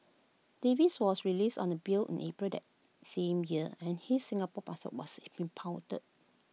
Davies was released on A bail in April that same year and his Singapore passport was impounded